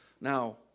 now